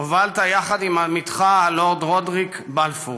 הובלת יחד עם עמיתך הלורד רודריק בלפור,